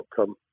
outcome